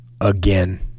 again